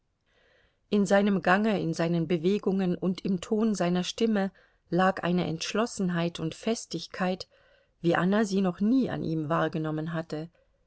in seinem gange in sei nen bewegungen und im ton seiner stimme lag eine entschlossenheit und festigkeit wie anna sie noch nie an ihm wahrgenommen hatte